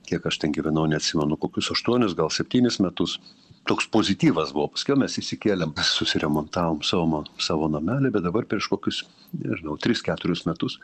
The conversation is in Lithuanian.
kiek aš ten gyvenau neatsimenu kokius aštuonius gal septynis metus toks pozityvas buvo paskiau mes įsikėlėm susiremontavom savo mo savo namelį bet dabar prieš kokius nežinau tris keturius metus